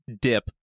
dip